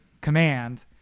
command